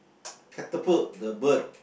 catapult the bird